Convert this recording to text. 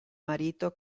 marito